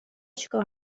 چیکار